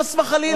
חס וחלילה.